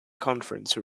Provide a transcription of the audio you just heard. conference